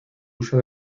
uso